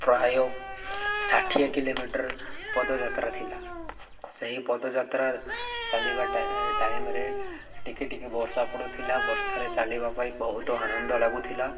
ପ୍ରାୟ ଷାଠିଏ କିଲୋମିଟର ପଦଯାତ୍ରା ଥିଲା ସେହି ପଦଯାତ୍ରା ଚାଲିବା ଟାଇମ୍ରେ ଟିକେ ଟିକେ ବର୍ଷା ପଡ଼ୁଥିଲା ବର୍ଷାରେ ଚାଲିବା ପାଇଁ ବହୁତ ଆନନ୍ଦ ଲାଗୁଥିଲା